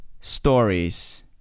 stories